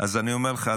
אז אני אומר לך,